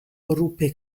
ruppe